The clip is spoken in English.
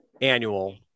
annual